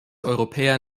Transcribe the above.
europäer